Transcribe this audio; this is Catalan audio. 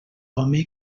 home